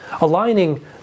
aligning